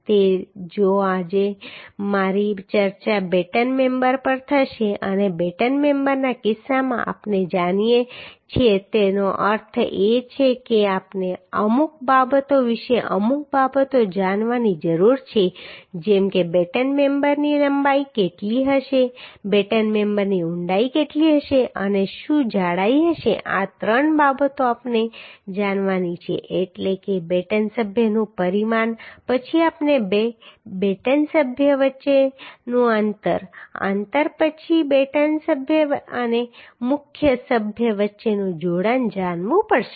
તો આજે મારી ચર્ચા બેટન મેમ્બર પર થશે અને બેટન મેમ્બરના કિસ્સામાં આપણે જાણીએ છીએ તેનો અર્થ એ છે કે આપણે અમુક બાબતો વિશે અમુક બાબતો જાણવાની જરૂર છે જેમ કે બેટન મેમ્બરની લંબાઈ કેટલી હશે બેટન મેમ્બરની ઊંડાઈ કેટલી હશે અને શું જાડાઈ હશે આ ત્રણ બાબતો આપણે જાણવાની છે એટલે કે બેટન સભ્યનું પરિમાણ પછી આપણે બે બેટન સભ્યો વચ્ચેનું અંતર અંતર પછી બેટન સભ્ય અને મુખ્ય સભ્ય વચ્ચેનું જોડાણ જાણવું પડશે